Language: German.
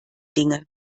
dinge